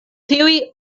tiuj